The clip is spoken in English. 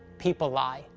people lie.